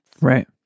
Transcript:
right